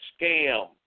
scam